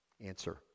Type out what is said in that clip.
Answer